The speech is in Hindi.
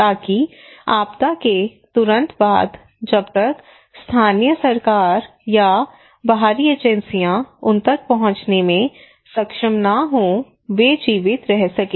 ताकि आपदा के तुरंत बाद जब तक स्थानीय सरकार या बाहरी एजेंसियां उन तक पहुंचने में सक्षम न हों वे जीवित रह सकें